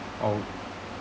or